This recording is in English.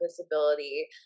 visibility